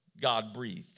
God-breathed